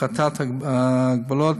הפחתת הגבלות